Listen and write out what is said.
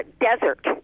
desert